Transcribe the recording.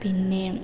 പിന്നേ